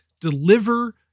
deliver